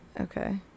okay